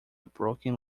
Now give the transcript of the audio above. broken